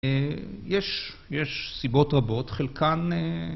‫יש סיבות רבות, חלקן...